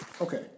Okay